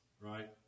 Right